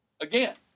again